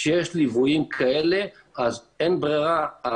כשיש ליוויים כאלה אז אין ברירה,